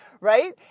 Right